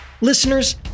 Listeners